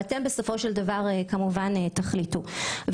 כמובן שאתם בסופו של דבר תקבלו את ההחלטה,